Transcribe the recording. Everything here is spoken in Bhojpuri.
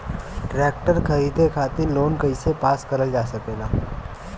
ट्रेक्टर खरीदे खातीर लोन कइसे पास करल जा सकेला?